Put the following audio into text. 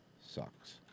sucks